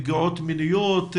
על פגיעות מיניות,